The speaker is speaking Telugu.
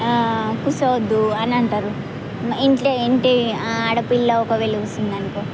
కుర్చోవద్దు అని అంటారు ఇంట్లో ఇంటి ఆడపిల్ల ఒకవేళ కూర్చుంది అనుకో